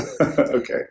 Okay